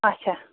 اَچھا